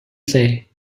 say